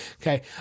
Okay